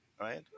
right